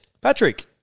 Patrick